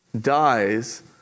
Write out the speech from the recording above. dies